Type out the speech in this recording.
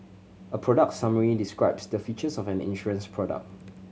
a product summary describes the features of an insurance product